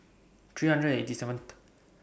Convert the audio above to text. three hundred and eighty seventh